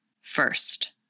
first